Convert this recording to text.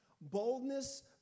Boldness